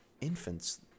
infants